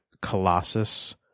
colossus